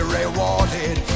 rewarded